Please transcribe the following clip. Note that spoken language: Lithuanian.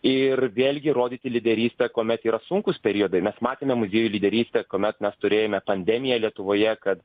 ir vėlgi rodyti lyderystę kuomet yra sunkūs periodai mes matėme muzieju lyderystę kuomet mes turėjome pandemiją lietuvoje kad